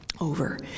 over